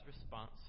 response